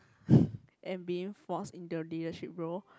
and being force into a leadership role